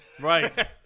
Right